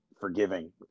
forgiving